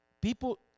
people